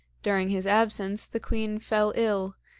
during his absence the queen fell ill,